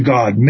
God